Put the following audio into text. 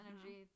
energy